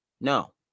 No